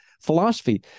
philosophy